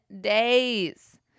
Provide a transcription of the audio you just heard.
days